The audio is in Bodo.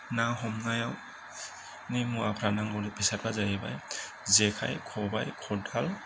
ना हमनायावनि मुवाफोरा नांगौनि बेसादफ्रा जाहैबाय जेखाइ खबाय खदाल